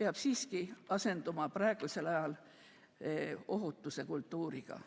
peab siiski asenduma praegusel ajal ohutusekultuuriga.